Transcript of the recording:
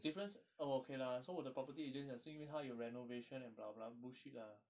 difference oh okay lah so 我的 property agent 讲是因为他有 renovation and blah blah bullshit lah